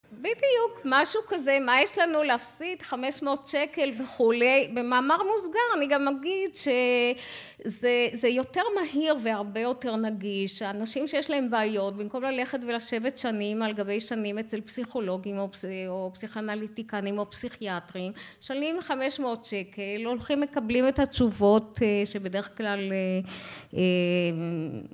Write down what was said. בדיוק, משהו כזה, מה יש לנו להפסיד 500 שקל וכולי, במאמר מוסגר אני גם אגיד שזה יותר מהיר והרבה יותר נגיש. האנשים שיש להם בעיות, במקום ללכת ולשבת שנים על גבי שנים אצל פסיכולוגים או פסיכנליטיקנים או פסיכיאטרים, משלמים 500 שקל, הולכים מקבלים את התשובות שבדרך כלל